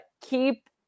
keep